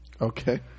Okay